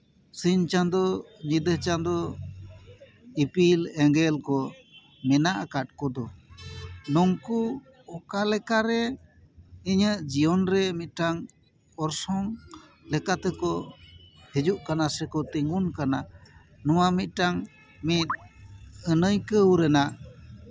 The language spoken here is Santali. ᱥᱤᱧ ᱪᱟᱸᱫᱳ ᱧᱤᱫᱟᱹ ᱪᱟᱸᱫᱳ ᱤᱯᱤᱞ ᱮᱸᱜᱮᱞ ᱠᱚ ᱢᱮᱱᱟᱜ ᱟᱠᱟᱫ ᱠᱚᱫᱚ ᱱᱩᱝᱠᱩ ᱚᱠᱟ ᱞᱮᱠᱟᱨᱮ ᱤᱧᱟᱹᱜ ᱡᱤᱭᱚᱱ ᱨᱮ ᱢᱤᱫᱴᱟᱱ ᱚᱨᱥᱚᱝ ᱞᱮᱠᱟᱛᱮᱠᱚ ᱦᱤᱡᱩᱜ ᱠᱟᱱᱟ ᱥᱮᱠᱚ ᱛᱤᱸᱜᱩᱱ ᱠᱟᱱᱟ ᱱᱚᱶᱟ ᱢᱤᱫᱴᱟᱱ ᱢᱤᱫ ᱟᱱᱟᱹᱭᱠᱟᱹᱣ ᱨᱮᱱᱟᱜ